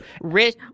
Rich